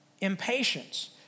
Impatience